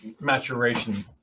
maturation